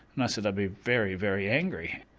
and i said i'd be very very angry.